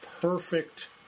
perfect